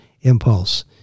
impulse